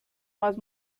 más